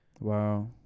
Wow